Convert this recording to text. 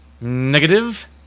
Negative